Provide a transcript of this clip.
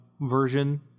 version